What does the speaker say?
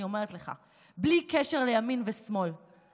אני אומרת לך: בלי קשר לימין ושמאל,